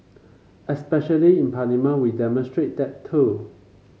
especially in Parliament we demonstrate that too